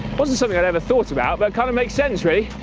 wasn't something i'd ever thought about, but it kind of makes sense, really.